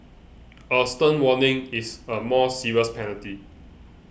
a stern warning is a more serious penalty